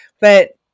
but-